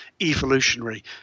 evolutionary